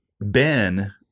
Ben